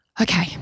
Okay